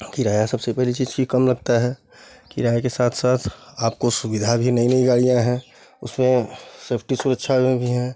किराया सबसे पहली चीज़ कि कम लगता है किराए के साथ साथ आपको सुविधा भी नईं नईं गाड़ियाँ हैं उसमें सेफ़्टी सुरक्षा में भी हैं